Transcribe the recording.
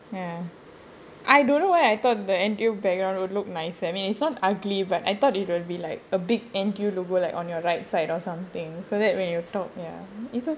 ya I don't know why I thought the N_T_U background would look nicer I mean it's not ugly but I thought it will be like a big N_T_U logo like on your right side or something so that when you talk ya it's o~